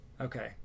Okay